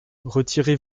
retirez